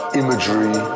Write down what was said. imagery